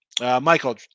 Michael